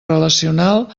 relacional